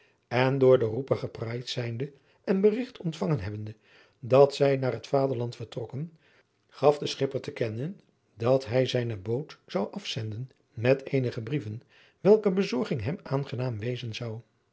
en door den roeper gepraaid zijnde en berigt ontvangen hebbende dat zij naar het vaderland vertrokken gaf de schipper te kennen dat hij zijne boot zou afzenden met eenige brieven welker bezorging hem aangenaam wezen zou